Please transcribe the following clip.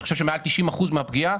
אני חושב שמעל 90 אחוזים מהפגיעה,